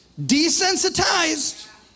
Desensitized